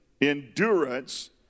endurance